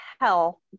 hell